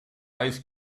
ice